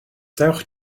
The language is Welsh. dewch